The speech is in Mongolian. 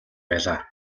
байлаа